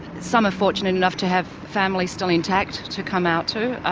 some are fortunate enough to have families still intact to come out to.